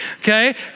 okay